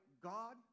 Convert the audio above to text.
God